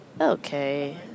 Okay